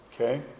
Okay